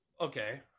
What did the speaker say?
okay